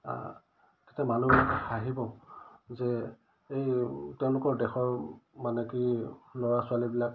তেতিয়া মানুহে হাঁহিব যে এই তেওঁলোকৰ দেশৰ মানে কি ল'ৰা ছোৱালীবিলাক